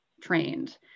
trained